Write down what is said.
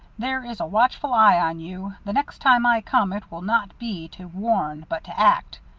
there is a watchful eye on you. the next time i come it will not be to warn, but to act.